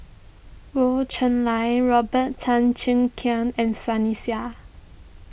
Goh Cheng Liang Robert Tan Cheng Keng and Sunny Sia